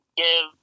give